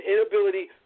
inability